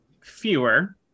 Fewer